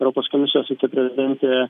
europos komisijos viceprezidentė